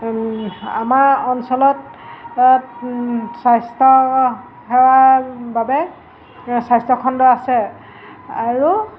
আমাৰ অঞ্চলত স্বাস্থ্য সেৱাৰ বাবে স্বাস্থ্যখণ্ড আছে আৰু